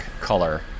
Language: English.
color